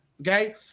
Okay